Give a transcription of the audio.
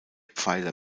pfeiler